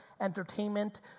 entertainment